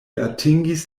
atingis